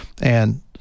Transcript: and-